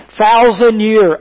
thousand-year